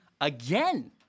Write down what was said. again